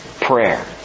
prayer